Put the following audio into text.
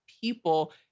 people